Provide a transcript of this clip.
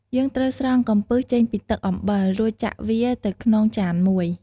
យើងត្រូវស្រង់កំពឹសចេញពីទឹកអំពិល រួចចាក់វាទៅក្នុងចានមួយ។